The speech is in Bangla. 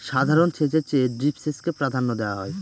সাধারণ সেচের চেয়ে ড্রিপ সেচকে প্রাধান্য দেওয়া হয়